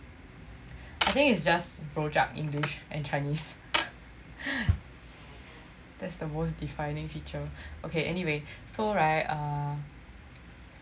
think is just rojak english and chinese that's the most defining feature okay anyway so right